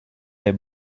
les